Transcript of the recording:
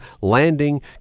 landing